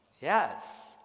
Yes